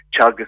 Chagas